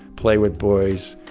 play with boys,